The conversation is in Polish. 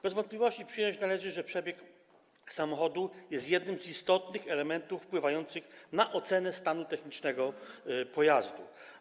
Bez wątpliwości przyjąć należy, że przebieg samochodu jest jednym z istotnych elementów wpływających na ocenę stanu technicznego pojazdu.